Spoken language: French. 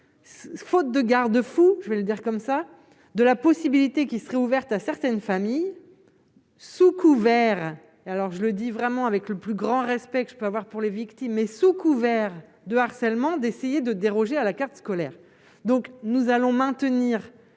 faute de garde-fous, je vais le dire comme ça, de la possibilité qui serait ouverte à certaines familles sous couvert, alors je le dis vraiment avec le plus grand respect que je peux avoir pour les victimes, mais sous couvert de harcèlement, d'essayer de déroger à la carte scolaire, donc nous allons maintenir